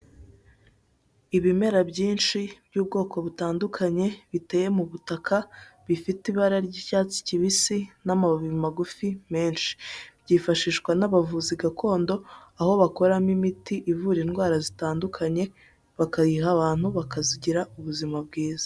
Ibimera byinshi by'ubwoko butandukanye, biteye mu butaka bifite ibara ry'icyatsi kibisi n'amababi magufi menshi, byifashishwa n'abavuzi gakondo, aho bakoramo imiti ivura indwara zitandukanye, bakayiha abantu bakagira ubuzima bwiza.